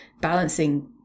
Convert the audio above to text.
balancing